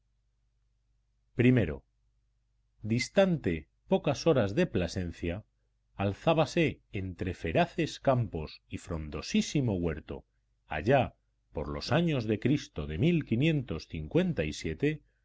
i distante pocas horas de plasencia alzábase entre feraces campos y frondosísimo huerto allá por los años de cristo de un magnífico monasterio de